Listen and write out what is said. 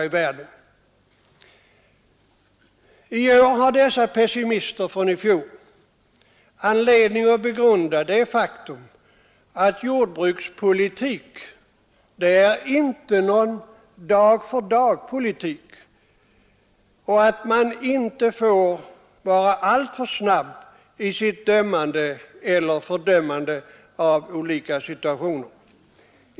I år har dessa pessimister från i fjor anledning att begrunda det faktum att jordbrukspolitik inte är någon dag-för-dag-politik och att man inte får vara alltför snabb i sitt dömande eller fördömande av olika situationer.